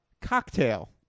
Cocktail